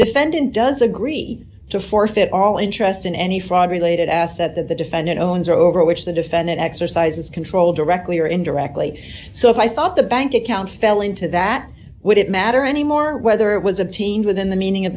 defendant does agree to forfeit all interest in any fraud related asset that the defendant owns or over which the defendant exercises control directly or indirectly so if i thought the bank account fell into that would it matter anymore whether it was a teen within the meaning of